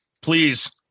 please